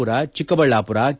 Pura Chikkaballapur K